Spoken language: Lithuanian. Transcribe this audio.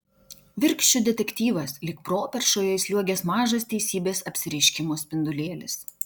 virkščių detektyvas lyg properšoje įsliuogęs mažas teisybės apsireiškimo spindulėlis